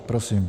Prosím.